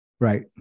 Right